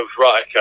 right